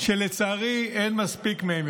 שלצערי אין מספיק מהם.